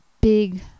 big